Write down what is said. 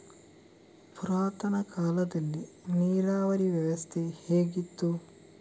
ಪುರಾತನ ಕಾಲದಲ್ಲಿ ನೀರಾವರಿ ವ್ಯವಸ್ಥೆ ಹೇಗಿತ್ತು?